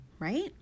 right